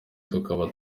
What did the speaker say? tukaba